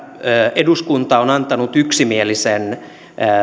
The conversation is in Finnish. eduskunta on antanut yksimielisen